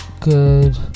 good